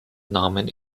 nahmen